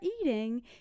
eating